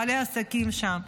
בעלי עסקים שם.